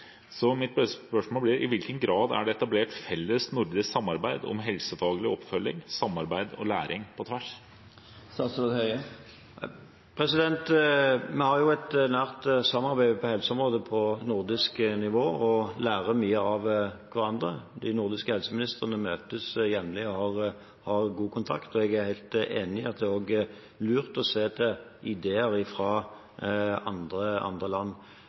Så mitt spørsmål blir: I hvilken grad er det etablert et felles nordisk samarbeid om helsefaglig oppfølging, samarbeid og læring på tvers? Vi har et nært samarbeid på helseområdet på nordisk nivå og lærer mye av hverandre. De nordiske helseministrene møtes jevnlig og har god kontakt. Jeg er helt enig i at det også er lurt å se til ideer fra andre land.